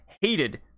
hated